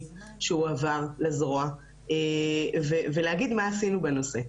שהועבר לזרוע ולהגיד מה עשינו בנושא.